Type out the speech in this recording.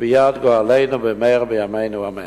בביאת גואלנו, במהרה בימינו אמן.